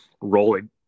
rolling